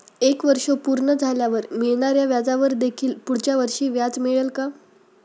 एक वर्ष पूर्ण झाल्यावर मिळणाऱ्या व्याजावर देखील पुढच्या वर्षी व्याज मिळेल का?